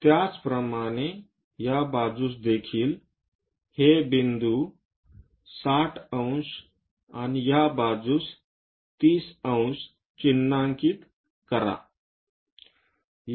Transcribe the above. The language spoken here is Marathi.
त्याचप्रमाणे या बाजूस देखील हे बिंदू 60 अंश आणि या बाजूस 30 अंश चिन्हांकित करा